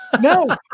No